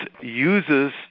uses